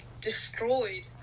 destroyed